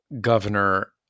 governor